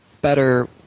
better